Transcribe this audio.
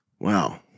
Wow